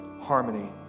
harmony